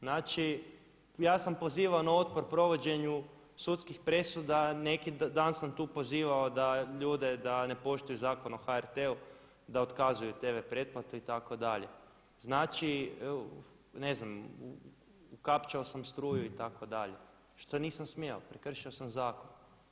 Znači ja sam pozivao na otpor provođenju sudskih presuda, neki dan sam tu pozivao ljude da ne poštuju Zakon o HRT-u da otkazuju TV pretplatu itd. znači ne znam ukapčao sam struju itd., što nisam smio, prekršio sam zakon.